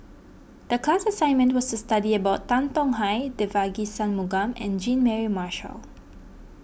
the class assignment was to study about Tan Tong Hye Devagi Sanmugam and Jean Mary Marshall